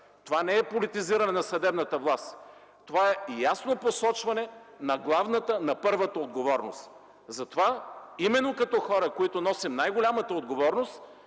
Това не е политизиране на съдебната власт, това е ясно посочване на главната, на първата отговорност. Затова именно като хора, които носим най-голямата отговорност,